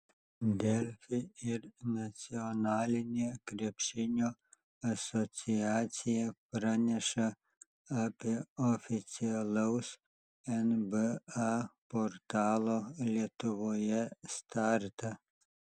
delfi ir nacionalinė krepšinio asociacija praneša apie oficialaus nba portalo lietuvoje startą